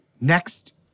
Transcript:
next